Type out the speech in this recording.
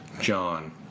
John